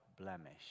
blemish